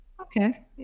Okay